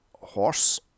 Horse